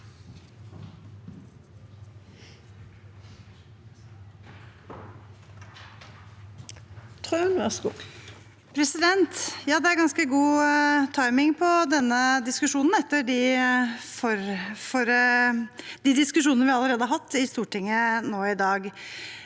Det er ganske god timing på denne diskusjonen, etter de diskusjonene vi allerede har hatt i Stortinget nå i dag.